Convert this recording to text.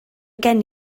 gen